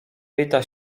pyta